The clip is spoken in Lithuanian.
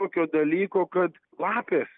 tokio dalyko kad lapės